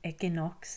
Equinox